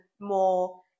more